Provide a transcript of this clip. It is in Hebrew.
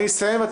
אני אסיים.